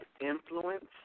influence